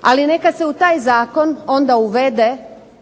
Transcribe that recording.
ali neka se u taj zakon onda uvede